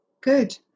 Good